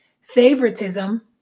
Favoritism